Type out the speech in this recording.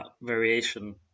variation